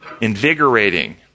invigorating